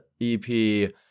EP